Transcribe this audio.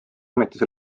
ametis